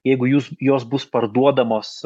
jeigu jūs jos bus parduodamos